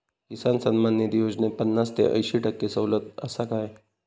किसान सन्मान निधी योजनेत पन्नास ते अंयशी टक्के सवलत आसा काय?